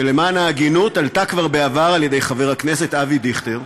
שלמען ההגינות אומר שהיא הועלתה כבר בעבר על-ידי חבר הכנסת אבי דיכטר,